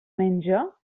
menja